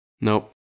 Nope